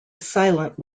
silent